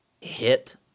hit